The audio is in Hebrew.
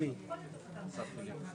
מי נגד ההסתייגות?